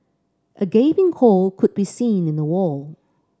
a gaping hole could be seen in the wall